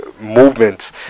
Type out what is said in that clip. movements